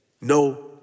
no